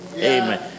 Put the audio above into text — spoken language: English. Amen